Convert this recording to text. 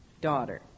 daughter